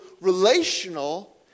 relational